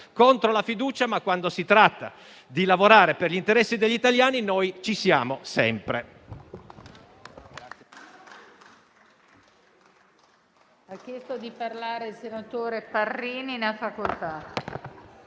contro la fiducia ma, quando si tratta di lavorare per gli interessi degli italiani, ci siamo sempre.